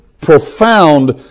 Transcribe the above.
profound